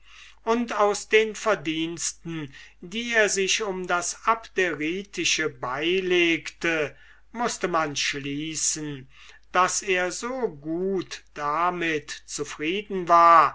und aus den verdiensten die er sich um das abderitische beilegte mußte man schließen daß er so gut damit zufrieden war